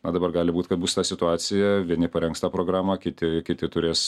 na dabar gali būt kad bus ta situacija vieni parengs programą kiti kiti turės